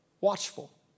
watchful